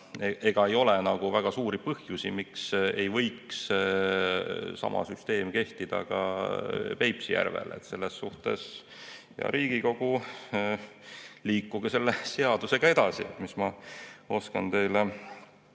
Ega ei ole väga suuri põhjusi, miks ei võiks sama süsteem kehtida ka Peipsi järvel. Selles suhtes, hea Riigikogu, liikuge selle seadusega edasi, mis ma oskan teile